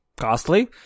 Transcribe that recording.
costly